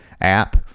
app